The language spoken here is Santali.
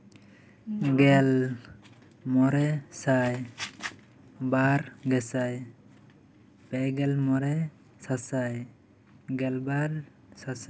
ᱜᱮᱞ ᱢᱚᱬᱮ ᱥᱟᱭ ᱵᱟᱨ ᱜᱮᱥᱟᱭ ᱯᱮᱜᱮᱞ ᱢᱚᱬᱮ ᱥᱟᱥᱟᱭ ᱜᱮᱞᱵᱟᱨ ᱥᱟᱥᱟᱭ